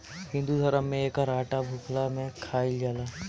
हिंदू धरम में एकर आटा भुखला में खाइल जाला